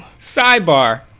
sidebar